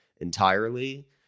entirely